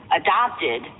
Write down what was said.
adopted